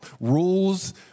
rules